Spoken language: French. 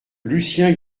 lucien